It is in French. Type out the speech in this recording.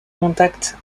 contact